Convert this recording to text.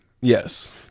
Yes